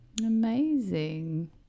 Amazing